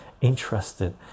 interested